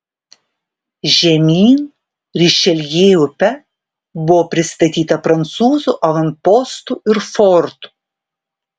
žemyn rišeljė upe buvo pristatyta prancūzų avanpostų ir fortų